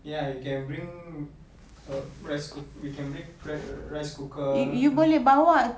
ya you can bring um rice cook~ we can bring prep rice cooker